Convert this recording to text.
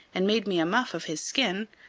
and made me a muff of his skin,